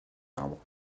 arbres